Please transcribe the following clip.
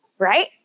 Right